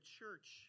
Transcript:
church